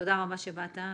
תודה רבה שבאת,